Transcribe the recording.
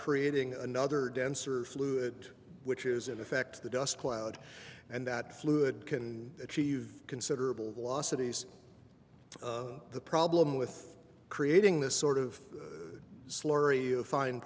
creating another denser fluid which is in effect the dust cloud and that fluid can achieve considerable velocities the problem with creating this sort of slurry of fin